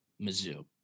Mizzou